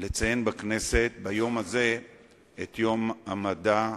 לציין בכנסת ביום הזה את יום המדע הלאומי.